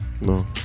No